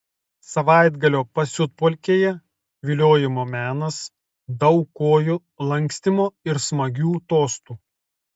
savaitgalio pasiutpolkėje viliojimo menas daug kojų lankstymo ir smagių tostų